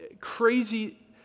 crazy